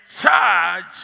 charge